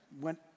went